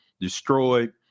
destroyed